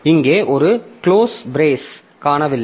இங்கே ஒரு close brace காணவில்லை